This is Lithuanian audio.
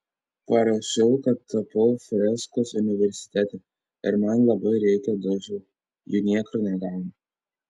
parašiau kad tapau freskas universitete ir man labai reikia dažų jų niekur negaunu